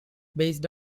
based